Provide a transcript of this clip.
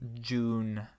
June